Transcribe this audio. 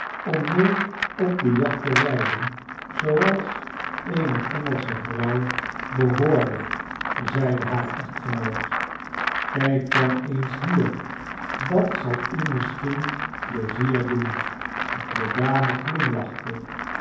om mee op de jacht te riiden zooals eene engelsche vrouw behoorde zeide haar echtgenoc kijk dan eens hier dat zal u misschien pleizier doen di dame